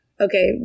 okay